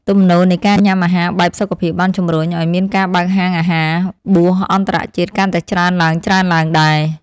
ទំនោរនៃការញ៉ាំអាហារបែបសុខភាពបានជំរុញឱ្យមានការបើកហាងអាហារបួសអន្តរជាតិកាន់តែច្រើនឡើងៗដែរ។